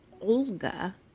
Olga